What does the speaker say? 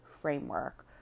Framework